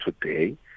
today